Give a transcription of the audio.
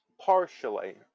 Partially